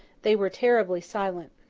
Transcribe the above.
they were terribly silent.